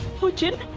put it